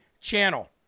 channel